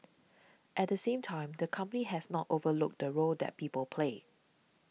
at the same time the company has not overlooked the role that people play